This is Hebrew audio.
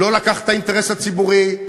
לא לקח את האינטרס הציבורי,